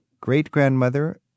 great-grandmother